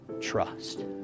trust